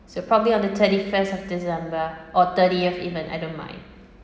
so probably on the thirty-first of december or thirtieth even I don't mind